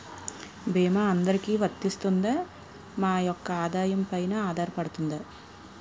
భీమా అందరికీ వరిస్తుందా? మా యెక్క ఆదాయం పెన ఆధారపడుతుందా?